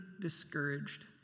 discouraged